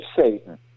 Satan